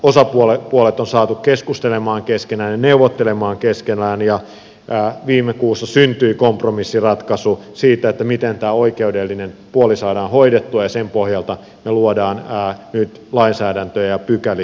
osapuolet on saatu keskustelemaan keskenään ja neuvottelemaan keskenään ja viime kuussa syntyi kompromissiratkaisu siitä miten tämä oikeudellinen puoli saadaan hoidettua ja sen pohjalta me luomme nyt lainsäädäntöä ja pykäliä